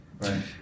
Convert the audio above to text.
right